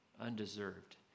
undeserved